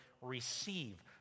receive